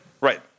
Right